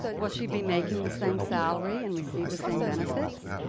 will she be making the same salary and receive the same benefits?